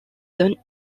donne